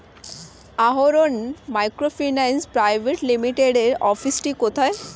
আরোহন microfinance private লিমিটেডের অফিসটি কোথায়?